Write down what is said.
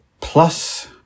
Plus